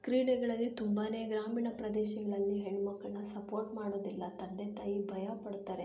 ಕ್ರೀಡೆಗಳಲ್ಲಿ ತುಂಬನೇ ಗ್ರಾಮೀಣ ಪ್ರದೇಶಗಳಲ್ಲಿ ಹೆಣ್ಮಕ್ಕಳನ್ನ ಸಪೋರ್ಟ್ ಮಾಡೋದಿಲ್ಲ ತಂದೆ ತಾಯಿ ಭಯ ಪಡ್ತಾರೆ